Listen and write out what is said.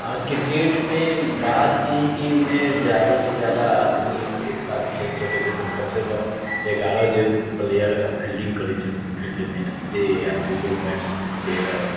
आओर किरकेटमे बात कि हइ कि एहिमे ज्यादासँ ज्यादा आदमी एकसाथ खेल सकै छै जाहिसँ कमसँ कम एगारह जब प्लेयर फिल्डिङ्ग करै छथिन फील्डमेसँ आओर दूगो बैट्समैन तेरह